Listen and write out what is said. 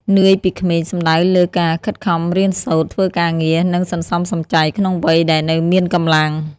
«នឿយពីក្មេង» សំដៅលើការខិតខំរៀនសូត្រ ធ្វើការងារ និងសន្សំសំចៃក្នុងវ័យដែលនៅមានកម្លាំង។